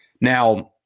Now